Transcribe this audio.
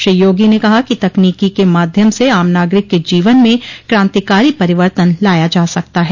श्री योगी ने कहा तकनीकी के माध्यम से आम नागरिक के जीवन में कांतिकारी परिवर्तन लाया जा सकता है